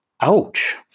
Ouch